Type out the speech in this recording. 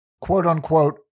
quote-unquote